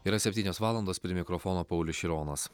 yra septynios valandos prie mikrofono paulius šironas